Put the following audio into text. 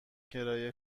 کرایه